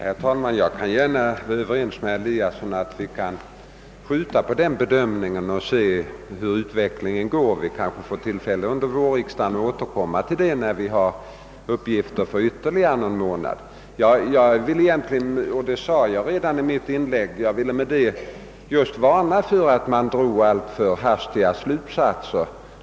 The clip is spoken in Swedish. Herr talman! Jag kan hålla med herr Eliasson i Sundborn om att vi kan skjuta på denna bedömning och se hur utvecklingen gestaltar sig. Under våren kanske vi får tillfälle att återkomma till frågan, när vi har fått uppgifter för ytterligare någon månad. Jag ville egentligen — och det sade jag redan i mitt förra inlägg — just varna för att man drog alltför hastiga slutsatser.